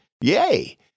Yay